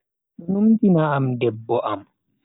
Do numtina am debbo am.